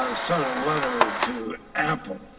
ah sent a letter to apple